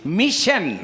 mission